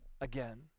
again